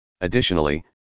Additionally